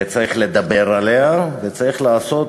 וצריך לדבר עליה, וצריך לעשות